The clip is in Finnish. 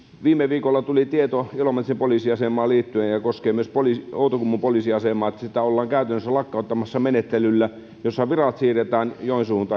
viime viikolla tuli tieto ilomantsin poliisiasemaan liittyen koskee myös outokummun poliisiasemaa että sitä ollaan käytännössä lakkauttamassa menettelyllä jossa virat siirretään joensuuhun